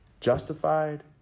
Justified